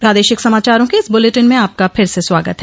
प्रादेशिक समाचारों के इस बुलेटिन में आपका फिर से स्वागत है